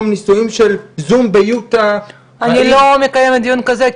נישואים של זום ביוטה --- אני לא מקיימת דיון כזה,